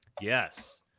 Yes